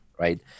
Right